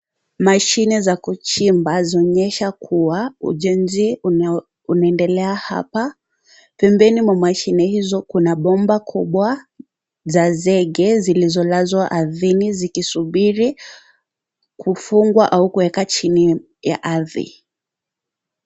Mashine za kuchima zinaonyesha kuwa ujenzi unaendelea hapa, pembeni mwa mashine hizo kuna bomba kubwa za zege zilizolazwa ardhini zikisubiri kufungwa au kuweka chini ya ardhi.